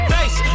Face